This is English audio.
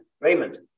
Raymond